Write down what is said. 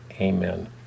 Amen